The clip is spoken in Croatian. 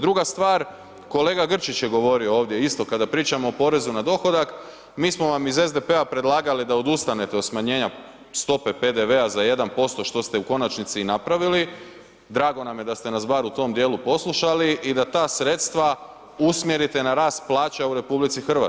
Druga stvar, kolega Grčić je govorio ovdje isto kada pričamo o porezu na dohodak, mi smo vam iz SDP-a predlagali da odustanete od smanjenja stope PDV-a za 1% što ste u konačnici i napravili, drago nam je da ste nas bar u tom dijelu poslušali i da ta sredstva usmjerite na rast plaća u RH.